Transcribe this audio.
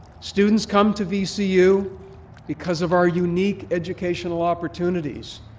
students come to vcu because of our unique educational opportunities,